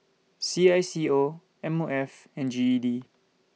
C I S C O M O F and G E D